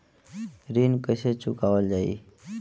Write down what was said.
ऋण कैसे चुकावल जाई?